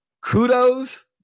Kudos